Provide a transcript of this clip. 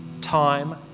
time